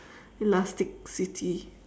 elasticity